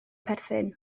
perthyn